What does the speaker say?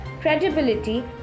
credibility